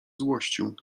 złościł